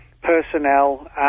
personnel